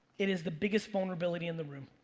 it is the biggest vulnerability in the room.